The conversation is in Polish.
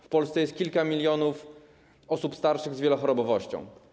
W Polsce jest kilka milionów osób starszych z wielochorobowością.